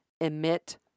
emit